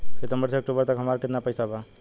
सितंबर से अक्टूबर तक हमार कितना पैसा बा?